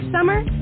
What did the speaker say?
summer